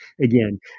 again